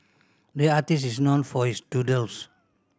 the artist is known for his doodles